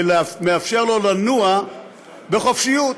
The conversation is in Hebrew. ומאפשר לו לנוע בחופשיות.